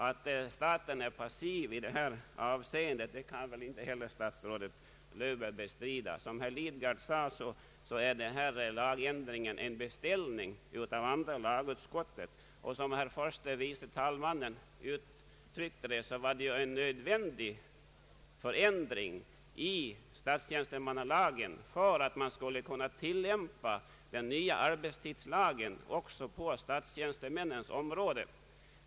Att staten är passiv i detta avseende kan väl inte heller statsrådet Löfberg bestrida. Som herr Lidgard sade, är denna lagändring en beställning av andra lagutskottet, och som herr förste vice talmannen uttryckte det är det en nödvändig ändring i statstjänstemannalagen för att man skulle kunna tillämpa den nya arbetstidslagen också på statstjänstemännens område.